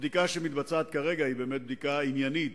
הבדיקה שמתבצעת כרגע היא באמת בדיקה עניינית,